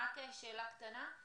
ורק שאלה קטנה,